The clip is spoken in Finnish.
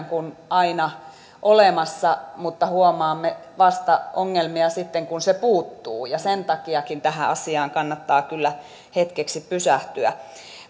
kuin aina olemassa mutta huomaamme ongelmia vasta sitten kun se puuttuu ja senkin takia tähän asiaan kannattaa kyllä hetkeksi pysähtyä